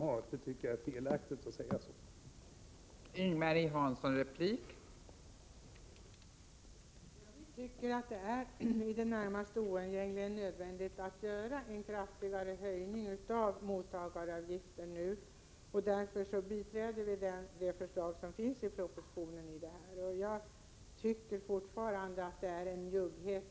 Jag tycker att det är felaktigt att uttrycka sig så.